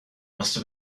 must